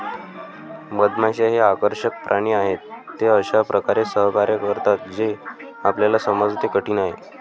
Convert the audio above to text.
मधमाश्या हे आकर्षक प्राणी आहेत, ते अशा प्रकारे सहकार्य करतात जे आपल्याला समजणे कठीण आहे